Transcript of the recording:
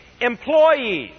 employees